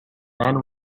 man